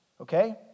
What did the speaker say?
Okay